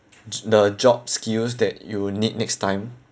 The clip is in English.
j~ the job skills that you need next time